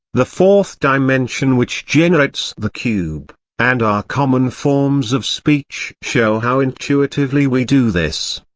the fourth dimension which generates the cube and our common forms of speech show how intuitively we do this.